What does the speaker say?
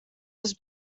his